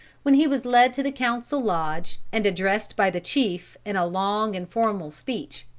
when he was led to the council lodge and addressed by the chief in a long and formal speech,